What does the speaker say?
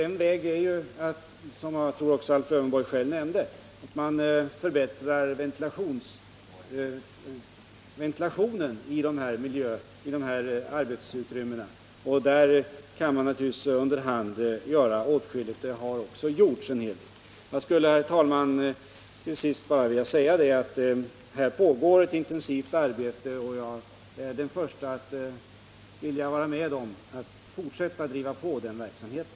En väg är — jag tror att Alf Lövenborg också sade det — att förbättra ventilationen i de aktuella arbetsutrymmena. Här kan man under hand göra åtskilligt, och åtskilligt har också gjorts. Herr talman! Det pågår alltså ett intensivt arbete på det här området, och jag är den förste att vilja vara med om att fortsätta att driva på den verksamheten.